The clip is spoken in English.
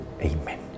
Amen